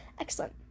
Excellent